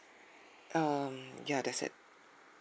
um ya that's it